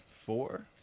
four